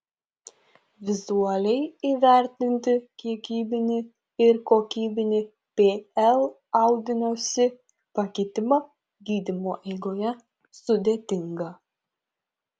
vizualiai įvertinti kiekybinį ir kokybinį pl audinio si pakitimą gydymo eigoje sudėtinga